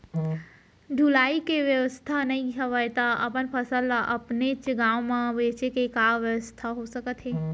ढुलाई के बेवस्था नई हवय ता अपन फसल ला अपनेच गांव मा बेचे के का बेवस्था हो सकत हे?